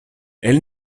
elle